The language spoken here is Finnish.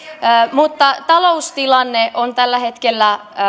mutta taloustilanne on tällä hetkellä